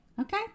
okay